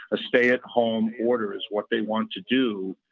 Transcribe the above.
a stay at home order is what they want to do.